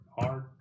hard